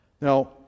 Now